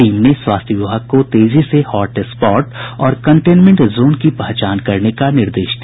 team ने स्वास्थ्य विभाग को तेजी से हॉटस्पॉट और कंटेनमेंट जोन की पहचान करने का निर्देश दिया